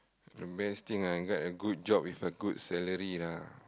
the best thing I got a good job with a good salary lah